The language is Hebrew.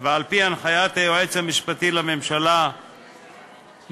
ועל-פי הנחיית היועץ המשפטי לממשלה מס'